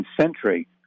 century